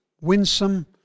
winsome